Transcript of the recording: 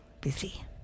busy